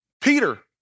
Peter